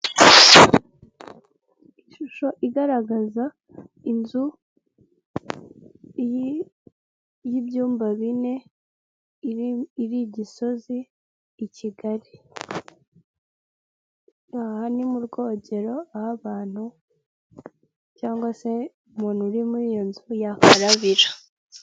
Ishusho igaragaza inzu y'ibyumba bine iri Gisozi i Kigali, aha ni mu rwogero aho abantu cyangwa se umuntu uri muri iyo nzu yakarabira.